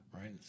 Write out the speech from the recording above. right